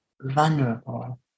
vulnerable